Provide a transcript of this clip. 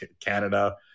Canada